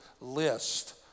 list